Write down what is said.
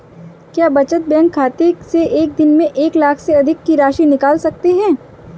क्या बचत बैंक खाते से एक दिन में एक लाख से अधिक की राशि निकाल सकते हैं?